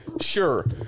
sure